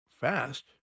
fast